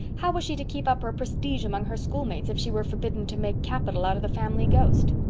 how was she to keep up her prestige among her schoolmates if she were forbidden to make capital out of the family ghost?